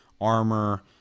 armor